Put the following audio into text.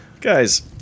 Guys